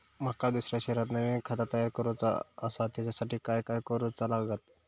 माका दुसऱ्या शहरात नवीन खाता तयार करूचा असा त्याच्यासाठी काय काय करू चा लागात?